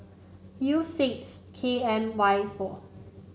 U six K M Y four